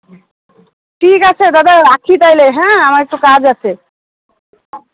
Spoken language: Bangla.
ঠিক আছে দাদা রাখি তাইলে হ্যাঁ আমার একটু কাজ আছে